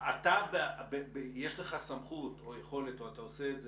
אתה, יש לך סמכות או יכולת או אתה עושה את זה,